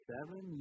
Seven